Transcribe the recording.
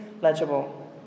legible